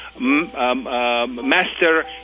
Master